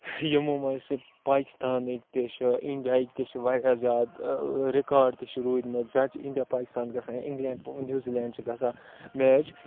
یِمو منٛز پاکِستانٕکۍ تہِ چھِ اِنڈیاہٕکۍ تہِ چھِ واریاہ زیادٕ رِکاڈ تہِ چھِ روٗدۍمٕتۍ زیادٕ چھِ اِنڈیا پاکِستان گژھان یا اِنٛگلینٛڈ نِو زِلینٛڈ چھِ گژھان میچ